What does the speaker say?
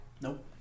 Nope